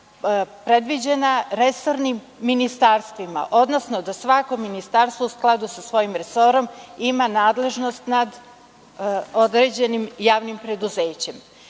predviđene resornim ministarstvima, odnosno da svako ministarstvo u skladu sa svojim resorom ima nadležnost nad određenim javnim